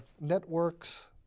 networks